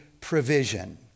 provision